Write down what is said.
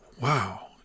wow